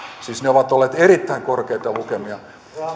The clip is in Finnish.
siis ne ovat olleet erittäin korkeita lukemia